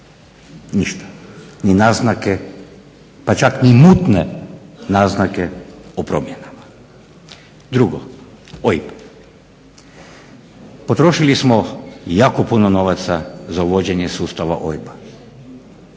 Ništa, ni naznake pa čak ni mutne naznake o promjenama. Drugo, OIB. Potrošili smo jako puno novaca za uvođenje sustava OIB-a.